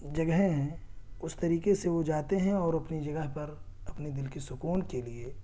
جگہیں ہیں اس طریقے سے وہ جاتے ہیں اور اپنی جگہ پر اپنے دل کی سکون کے لیے